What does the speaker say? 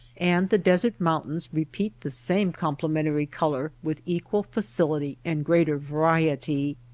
and the desert mountains re peat the same complementary color with equal facility and greater variety.